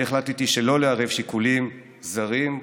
אני החלטתי שלא לערב שיקולים זרים,